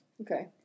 Okay